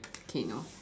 okay no